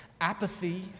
Apathy